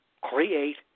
create